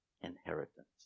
inheritance